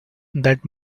that